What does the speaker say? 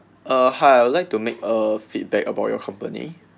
uh hi I would like to make uh feedback about your company